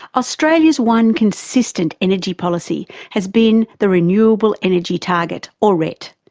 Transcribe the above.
australia's one consistent energy policy has been the renewable energy target or ret.